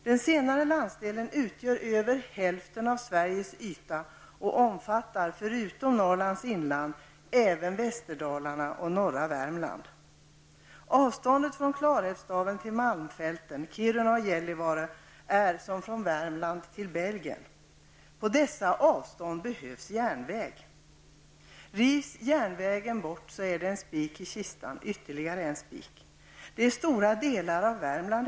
Den senare landsdelen utgör över hälften av Sveriges yta och omfattar förutom Norrlands inland även Klarälvsdalen till malmfälten, Kiruna och Gällivare är som från Värmland till Belgien. På dessa avstånd behövs järnväg! Rivs järnvägen bort är det ytterligare en spik i kistan.